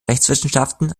rechtswissenschaften